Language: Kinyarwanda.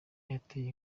yateye